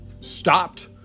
stopped